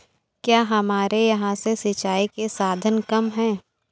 क्या हमारे यहाँ से सिंचाई के साधन कम है?